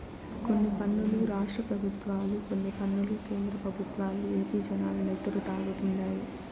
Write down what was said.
కొన్ని పన్నులు రాష్ట్ర పెబుత్వాలు, కొన్ని పన్నులు కేంద్ర పెబుత్వాలు ఏపీ జనాల నెత్తురు తాగుతండాయి